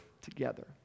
together